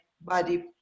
body